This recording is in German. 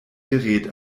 gerät